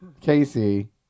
Casey